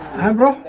hundred